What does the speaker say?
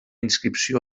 inscripció